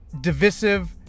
divisive